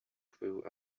grew